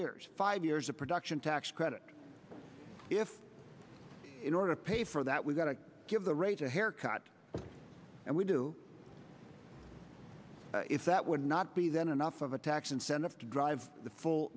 years five years of production tax credit if in order to pay for that we've got to give the rate a haircut and we do if that would not be then enough of a tax incentive to drive the full